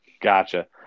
Gotcha